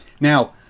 now